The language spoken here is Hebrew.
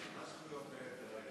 מה זכויות היתר